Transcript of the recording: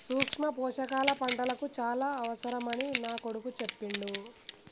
సూక్ష్మ పోషకాల పంటలకు చాల అవసరమని నా కొడుకు చెప్పిండు